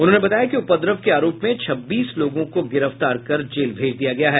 उन्होंने बताया कि उपद्रव के आरोप में छब्बीस लोगों को गिरफ्तार कर जेल भेज दिया गया है